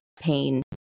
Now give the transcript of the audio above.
pain